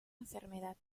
enfermedad